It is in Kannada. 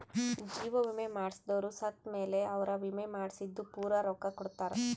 ಜೀವ ವಿಮೆ ಮಾಡ್ಸದೊರು ಸತ್ ಮೇಲೆ ಅವ್ರ ವಿಮೆ ಮಾಡ್ಸಿದ್ದು ಪೂರ ರೊಕ್ಕ ಕೊಡ್ತಾರ